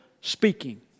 speaking